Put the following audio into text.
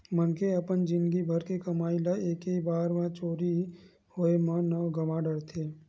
मनखे ह अपन जिनगी भर के कमई ल एके बार के चोरी होए म गवा डारथे